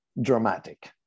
dramatic